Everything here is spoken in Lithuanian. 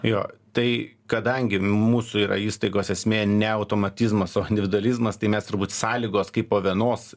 jo tai kadangi mūsų yra įstaigos esmė ne automatizmas o individualizmas tai mes turbūt sąlygos kai po vienos